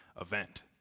event